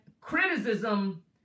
criticism